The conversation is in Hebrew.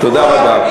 תודה רבה.